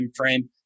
timeframe